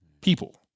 People